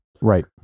Right